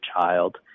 child